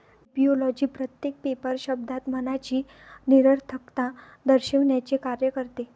ऍपिओलॉजी प्रत्येक पेपर शब्दात मनाची निरर्थकता दर्शविण्याचे कार्य करते